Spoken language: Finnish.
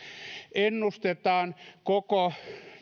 ennustetaan koko